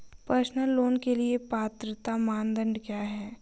Personal loan के लिए पात्रता मानदंड क्या हैं?